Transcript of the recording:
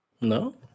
No